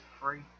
free